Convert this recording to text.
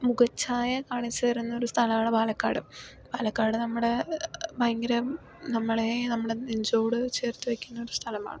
മുഖച്ഛായ കാണിച്ച് തരുന്ന ഒരു സ്ഥലമാണ് പാലക്കാട് പാലക്കാട് നമ്മുടെ ഭയങ്കരം നമ്മളെ നമ്മുടെ നെഞ്ചോട് ചേർത്ത് വയ്ക്കുന്ന ഒരു സ്ഥലമാണ്